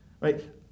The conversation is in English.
right